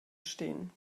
stehen